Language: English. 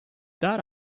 that